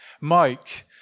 Mike